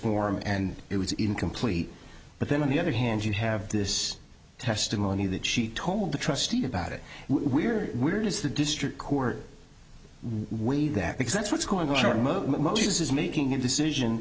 form and it was incomplete but then on the other hand you have this testimony that she told the trustee about it we're weird is the district court way that because that's what's going on or most is making a decision